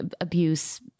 abuse